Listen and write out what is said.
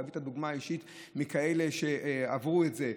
להביא את הדוגמה האישית מכאלה שעברו את זה,